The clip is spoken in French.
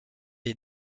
est